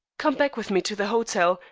come back with me to the hotel,